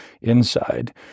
inside